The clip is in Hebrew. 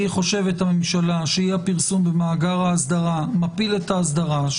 והיא חושבת שאי-הפרסום במאגר האסדרה מפיל את האסדרה,